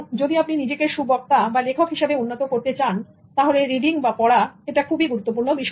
যদি আপনি নিজেকে সুবক্তা বা লেখক হিসাবে উন্নত করতে চান তাহলে রিডিং বা পড়া একটা খুবই গুরুত্বপূর্ণ বিষয়